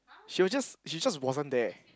she will just she just wasn't there